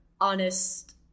honest